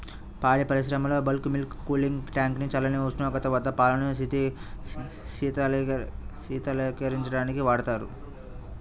పాడి పరిశ్రమలో bulk milk cooling tank ని చల్లని ఉష్ణోగ్రత వద్ద పాలను శీతలీకరించడానికి వాడతారు